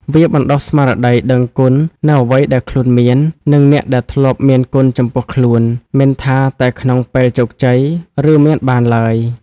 វាបណ្តុះស្មារតីដឹងគុណនូវអ្វីដែលខ្លួនមាន និងអ្នកដែលធ្លាប់មានគុណចំពោះខ្លួន មិនថាតែក្នុងពេលជោគជ័យ ឬមានបានឡើយ។